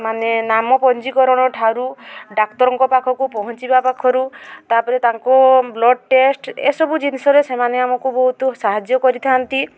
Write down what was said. ମାନେ ନାମ ପଞ୍ଜୀକରଣ ଠାରୁ ଡାକ୍ତରଙ୍କ ପାଖକୁ ପହଞ୍ଚିବା ପାଖରୁ ତାପରେ ତାଙ୍କ ବ୍ଲଡ଼୍ ଟେଷ୍ଟ୍ ଏସବୁ ଜିନିଷରେ ସେମାନେ ଆମକୁ ବହୁତ ସାହାଯ୍ୟ କରିଥାଆନ୍ତି